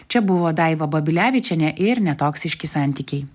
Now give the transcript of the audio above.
čia buvo daiva babilevičienė ir netoksiški santykiai